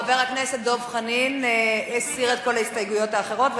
חבר הכנסת דב חנין הסיר את כל ההסתייגויות האחרות,